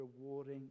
rewarding